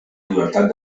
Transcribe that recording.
llibertat